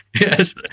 Yes